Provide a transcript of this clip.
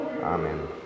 Amen